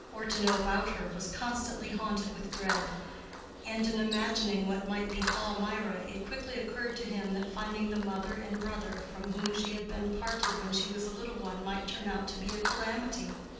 or to know about her, was constantly haunted with dread and in imagining what might befall mirah it quickly occurred to him that finding the mother and brother from whom she had been parted when she was a little one might turn out to be a calamity.